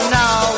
now